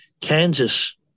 Kansas –